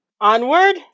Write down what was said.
Onward